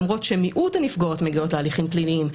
למרות שמיעוט הנפגעות מגיעות להליכים פליליים,